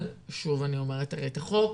אבל שוב אני אומרת שאת החוק,